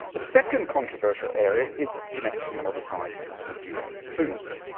a second controversial area is genetically modified or gm foods,